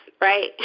right